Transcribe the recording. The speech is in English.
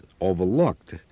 overlooked